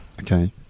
Okay